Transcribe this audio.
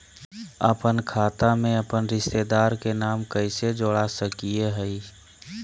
अपन खाता में अपन रिश्तेदार के नाम कैसे जोड़ा सकिए हई?